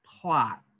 plot